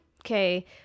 Okay